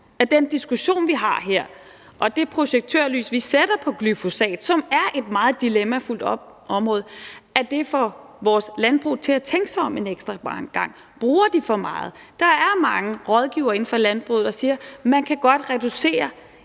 at den diskussion, vi har her, og det projektørlys, vi sætter på glyfosat, som er et meget dilemmafyldt område, får vores landbrug til at tænke sig om en ekstra gang – bruger de for meget? Der er mange rådgivere inden for landbruget, der siger, at man godt kan reducere